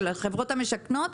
של החברות המשכנות,